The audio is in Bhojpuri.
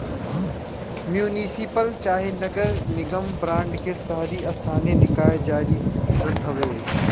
म्युनिसिपल चाहे नगर निगम बांड के शहरी स्थानीय निकाय जारी करत हवे